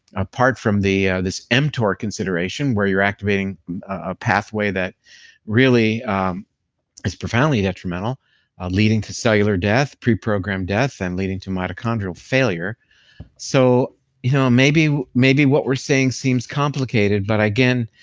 apart from this mtor consideration where you're activating a pathway that really is profoundly detrimental leading to cellular death, preprogrammed death and leading to mitochondrial failure so you know maybe maybe what we're saying seems complicated. but again,